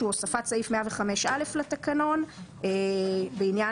שהוא הוספת סעיף 105א לתקנון בעניין